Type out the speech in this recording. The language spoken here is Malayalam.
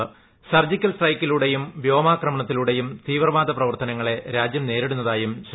അന്തരീക്ഷമാണ് സർജിക്കൽ സ്ട്രൈക്കിലൂടെയും വ്യോമാക്രമണങ്ങളിലൂടെയും തീവ്രവാദ പ്രവർത്തനങ്ങളെ രാജ്യം നേരിടുന്നതായും ശ്രീ